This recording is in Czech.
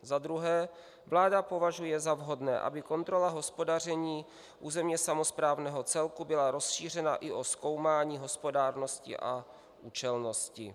Za druhé, vláda považuje za vhodné, aby kontrola hospodaření územně samosprávného celku byla rozšířena i o zkoumání hospodárnosti a účelnosti.